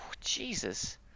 Jesus